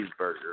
cheeseburger